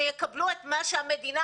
שיקבלו את מה שהמדינה